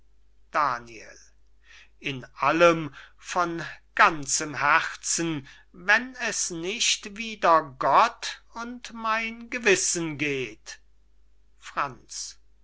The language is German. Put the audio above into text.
daniel in allem von ganzem herzen wenn es nicht wider gott und mein gewissen geht franz